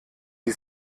die